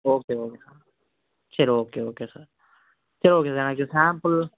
okay okay சரி okay okay sir சரி okay sir எனக்கு சாம்பிள்